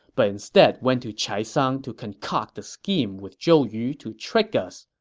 but instead went to chaisang to concoct a scheme with zhou yu to trick us,